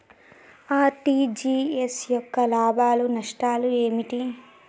RTGS యొక్క లాభాలు నష్టాలు ఏమిటి?